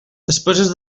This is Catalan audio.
despeses